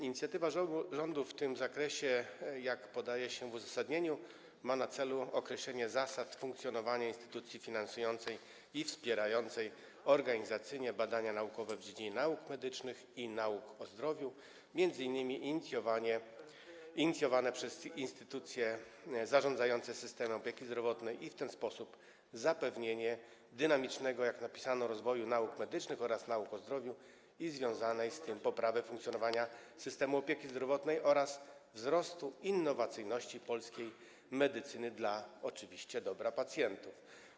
Inicjatywa rządu w tym zakresie, jak podaje się w uzasadnieniu, ma na celu określenie zasad funkcjonowania instytucji finansującej i wspierającej organizacyjnie badania naukowe w dziedzinie nauk medycznych i nauk o zdrowiu, m.in. inicjowane przez instytucje zarządzające systemem opieki zdrowotnej, i w ten sposób zapewnienie dynamicznego, jak napisano, rozwoju nauk medycznych oraz nauk o zdrowiu i związanej z tym poprawy funkcjonowania systemu opieki zdrowotnej oraz wzrostu innowacyjności polskiej medycyny, oczywiście dla dobra pacjentów.